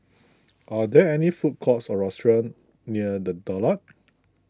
are there food courts or restaurants near the Daulat